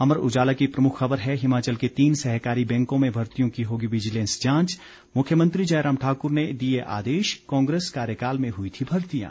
अमर उजाला की प्रमुख खबर है हिमाचल के तीन सहकारी बैंकों में भर्तियों की होगी विजिलेंस जांच मुख्यमंत्री जयराम ठाक्र ने दिए आदेश कांग्रेस कार्यकाल में हुई थी भर्तियां